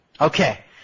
Okay